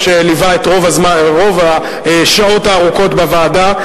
שליווה את רוב השעות הארוכות בוועדה.